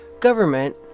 government